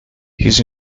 his